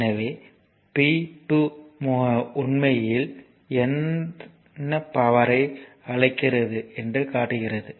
எனவே P2 உண்மையில் என்ன பவர்யை அளிக்கிறது என்று காட்டுகிறது